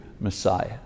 Messiah